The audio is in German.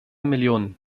millionen